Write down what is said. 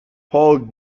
paul